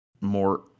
more